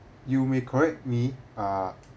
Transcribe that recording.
you may correct me uh